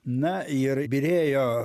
na ir byrėjo